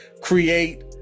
create